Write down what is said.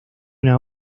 una